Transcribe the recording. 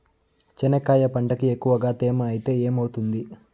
చెనక్కాయ పంటకి ఎక్కువగా తేమ ఐతే ఏమవుతుంది?